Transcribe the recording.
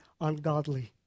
ungodly